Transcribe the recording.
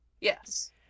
Yes